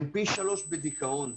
הם פי שלושה בדיכאון,